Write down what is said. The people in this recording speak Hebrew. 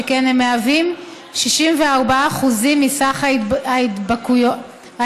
שכן הן מהוות 64% מכלל ההידבקויות,